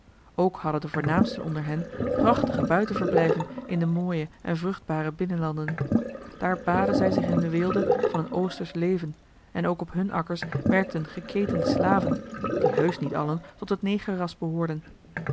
ook hadden de voornaamsten onder hen prachtige buitenverblijven in de mooie en vruchtbare binnenlanden daar baadden zij zich in de weelde van een oostersch leven en ook op hun akkers werkten geketende slaven die heusch niet allen tot het negerras behoorden